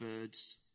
birds